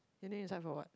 your name inside for what